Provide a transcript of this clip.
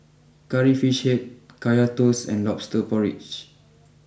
Curry Fish Head Kaya Toast and Lobster Porridge